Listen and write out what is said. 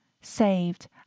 saved